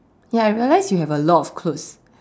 ya I realize you have a lot of clothes